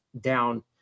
down